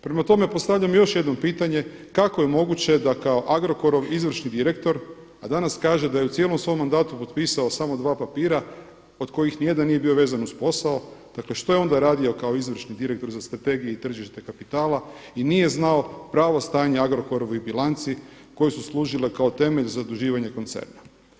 Prema tome, postavljam još jedno pitanje, kako je moguće da kao Agrokorov izvršni direktor, a danas kaže da je u cijelom svom mandatu potpisao samo dva papira od kojih nijedan nije bio vezan uz posao, dakle što je onda radio kao izvršni direktor za strategije i tržište kapitala i nije znao pravo stanje Agrokorovih bilanci koje su služile kao temelj za zaduživanje koncerna?